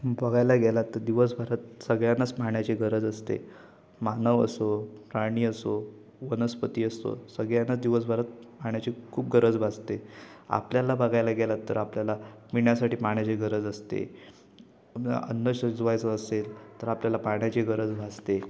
बघायला गेलात तर दिवसभरात सगळ्यांनाच पाण्याची गरज असते मानव असो प्राणी असो वनस्पती असो सगळ्यांनाच दिवसभरात पाण्याची खूप गरज भासते आपल्याला बघायला गेलात तर आपल्याला पिण्यासाठी पाण्याची गरज असते अन्न शिजवायचं असेल तर आपल्याला पाण्याची गरज भासते